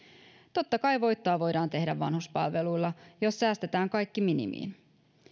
totta kai voittoa voidaan tehdä vanhuspalveluilla jos säästetään kaikki minimiin